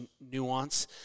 nuance